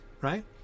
Right